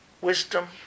Wisdom